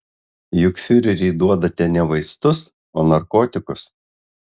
juk fiureriui duodate ne vaistus o narkotikus